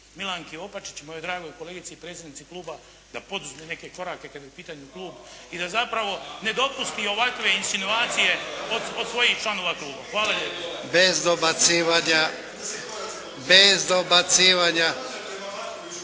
Milanki Opačić mojoj dragoj kolegici i predsjednici Kluba da poduzme neke korake kada je u pitanju Klub i da zapravo ne dopusti ovakve insinuacije od svojih članova Kluba. Hvala lijepo. **Jarnjak, Ivan (HDZ)** Bez dobacivanja,